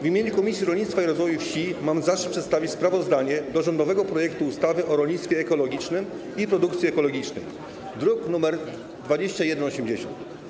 W imieniu Komisji Rolnictwa i Rozwoju Wsi mam zaszczyt przedstawić sprawozdanie o rządowym projekcie ustawy o rolnictwie ekologicznym i produkcji ekologicznej, druk nr 2180.